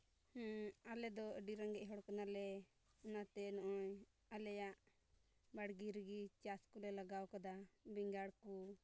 ᱦᱮᱸ ᱟᱞᱮᱫᱚ ᱟᱹᱰᱤ ᱨᱮᱸᱜᱮᱡ ᱦᱚᱲ ᱠᱟᱱᱟᱞᱮ ᱚᱱᱟᱛᱮ ᱱᱚᱜᱼᱚᱭ ᱟᱞᱮᱭᱟᱜ ᱵᱟᱲᱜᱮ ᱨᱮᱜᱮ ᱪᱟᱥ ᱨᱮᱜᱮ ᱪᱟᱥ ᱠᱚᱞᱮ ᱞᱟᱜᱟᱣ ᱠᱟᱫᱟ ᱵᱮᱸᱜᱟᱲ ᱠᱚ